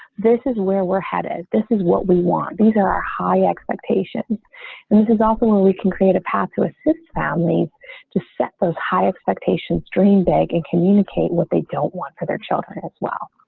this is where we're headed. this is what we want. these are are high expectations and this is often when we can create a path to assist families to set those high expectations, dream big and communicate what they don't want for their children as well.